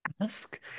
Ask